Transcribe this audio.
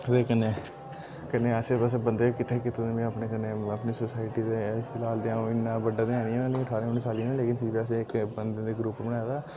ओह्दे कन्नै कन्नै आसै पासै बंदे किट्ठे कीते दे न में अपने कन्नै अपनी सोसाइटी दे फिलहाल ते अ'ऊं इन्ना बड्डा ते ऐ नी आं ठारां उन्नी सालें दे लेकिन फ्ही बी असें इक बंदे दा ग्रुप बनाए दा